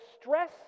stress